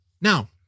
Now